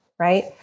Right